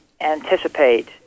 anticipate